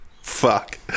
fuck